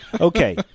Okay